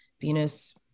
Venus